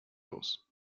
los